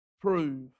prove